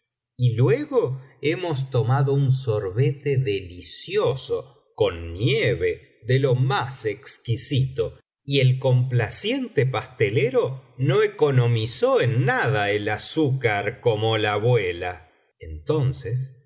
y una noche tomado un sorbete delicioso con nieve de lo más exquisito y el complaciente pastelero no economizó en nada el azúcar como la abuela entonces